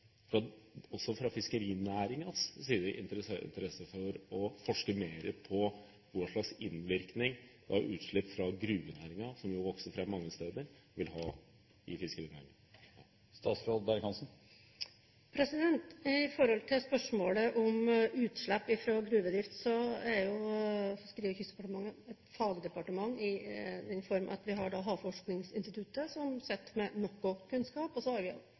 interesse for å forske mer på hva slags innvirkning utslipp fra gruvenæringen, som vokser fram mange steder, vil ha for fiskerinæringen. Når det gjelder spørsmålet om utslipp fra gruvedrift, er Fiskeri- og kystdepartementet et fagdepartement i den forstand at vi har Havforskningsinstituttet, som sitter med noe kunnskap, og så har vi